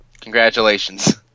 Congratulations